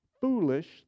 foolish